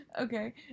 okay